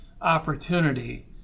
opportunity